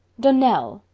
donnell.